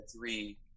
three